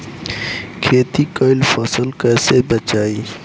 खेती कईल फसल कैसे बचाई?